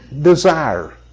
desire